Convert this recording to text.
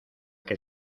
que